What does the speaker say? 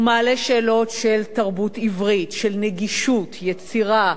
הוא מעלה שאלות של תרבות עברית, של נגישות, יצירה,